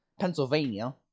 Pennsylvania